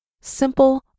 simple